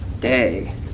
day